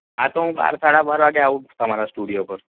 હા તો હું બાર સાડા બાર વાગ્યે આવું તમારા સ્ટુડિયો પર